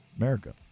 America